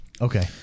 Okay